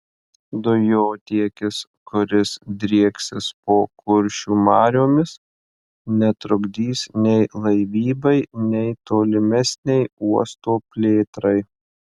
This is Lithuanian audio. dujotiekis kuris drieksis po kuršių mariomis netrukdys nei laivybai nei tolimesnei uosto plėtrai